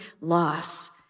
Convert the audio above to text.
loss